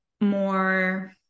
more